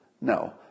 No